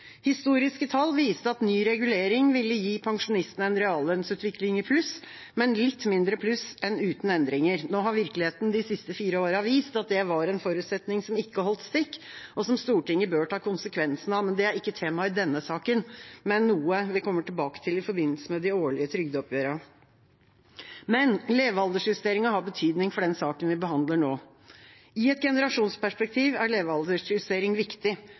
Historiske tall viste at ny regulering ville gi pensjonistene en reallønnsutvikling i pluss, men litt mindre pluss enn uten endringer. Nå har virkeligheten de siste fire årene vist at det var en forutsetning som ikke holdt stikk, og som Stortinget bør ta konsekvensen av. Det er ikke tema i denne saken, men noe vi kommer tilbake til i forbindelse med de årlige trygdeoppgjørene. Men levealdersjusteringen har betydning for den saken vi behandler nå. I et generasjonsperspektiv er levealdersjustering viktig.